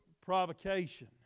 provocation